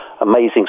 amazing